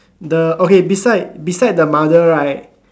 the okay beside beside the mother right